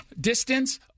distance